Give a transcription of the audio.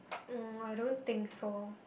uh I don't think so